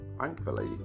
thankfully